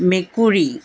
মেকুৰী